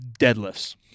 deadlifts